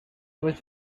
was